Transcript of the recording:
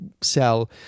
sell